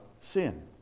sin